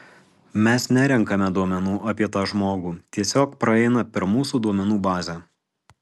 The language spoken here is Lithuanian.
mes nerenkame duomenų apie tą žmogų tiesiog praeina per mūsų duomenų bazę